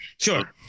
Sure